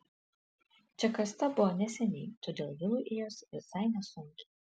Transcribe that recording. čia kasta buvo neseniai todėl vilui ėjosi visai nesunkiai